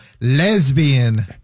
lesbian